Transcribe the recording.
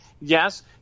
Yes